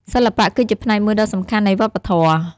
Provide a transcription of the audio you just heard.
សិល្បៈគឺជាផ្នែកមួយដ៏សំខាន់នៃវប្បធម៌។